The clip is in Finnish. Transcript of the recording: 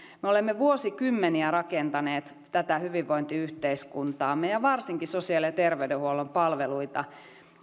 me olemme vuosikymmeniä rakentaneet tätä hyvinvointiyhteiskuntaamme ja varsinkin sosiaali ja terveydenhuollon palveluita